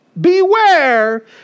beware